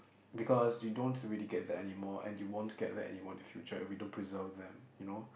because we don't really get that anymore and you won't get that anymore in the future if you don't preserve them you know